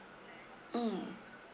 mm